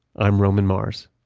i'm roman mars